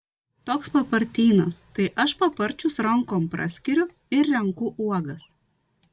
toks papartynas tai aš paparčius rankom praskiriu ir renku uogas